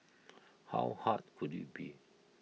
how hard could IT be